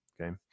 Okay